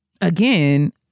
again